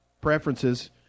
preferences